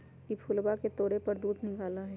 ई फूलवा के तोड़े पर दूध निकला हई